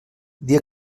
dia